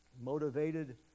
Motivated